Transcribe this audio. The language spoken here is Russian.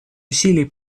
усилий